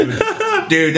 Dude